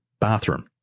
bathroom